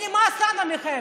שנמאס לנו מכם,